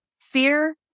fear